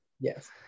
Yes